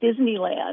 Disneyland